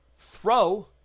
Throw